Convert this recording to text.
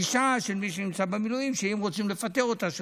אישה של מי שנמצא במילואים שאם רוצים לפטר אותה,